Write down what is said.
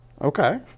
okay